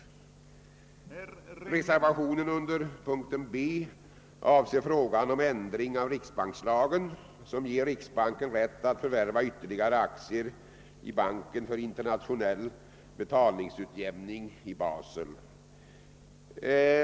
Reservationen 2 under punkten B avser frågan om en ändring av riksbankslagen som ger riksbanken rätt att förvärva ytterligare aktier i banken för internationell betalningsutjämning i Basel.